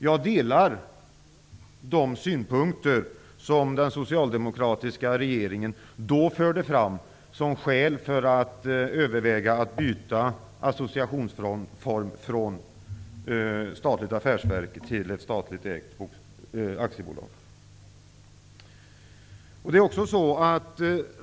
Jag delar de synpunkter som den socialdemokratiska regeringen då förde fram som skäl för att överväga att byta associationform från statligt affärsverk till statligt ägt aktiebolag.